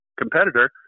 competitor